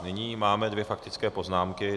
Nyní máme dvě faktické poznámky.